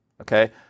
Okay